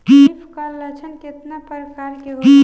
Leaf curl लक्षण केतना परकार के होला?